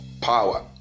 power